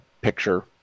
picture